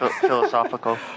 philosophical